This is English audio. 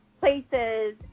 places